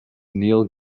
neil